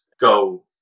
go